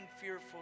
fearful